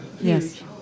Yes